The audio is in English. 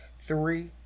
Three